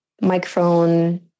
microphone